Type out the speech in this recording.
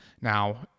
Now